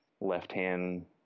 left-hand